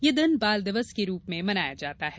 यह दिन बाल दिवस के रूप में मनाया जाता है